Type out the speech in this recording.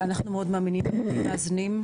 אנחנו מאוד מאמינים בבתים מאזנים.